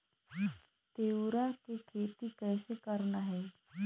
तिऊरा के खेती कइसे करना हे?